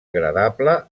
agradable